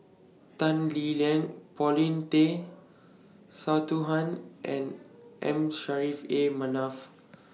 Tan Lee Leng Paulin Tay Straughan and M Saffri A Manaf